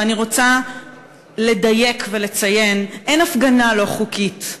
ואני רוצה לדייק ולציין: אין הפגנה לא חוקית,